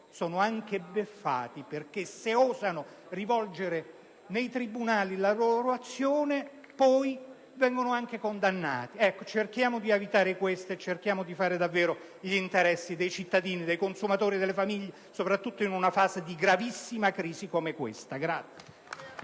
loro anche una beffa perché, se osano promuovere nei tribunali la loro azione, essi vengono anche condannati. Cerchiamo di evitare questo e di fare davvero gli interessi dei cittadini, dei consumatori e delle famiglie, soprattutto in una fase di gravissima crisi come questa.